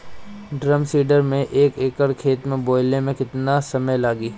Drum seeder से एक एकड़ खेत बोयले मै कितना समय लागी?